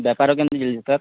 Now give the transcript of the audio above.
ବେପାର କେମିତି ଚାଲିଛି ସାର୍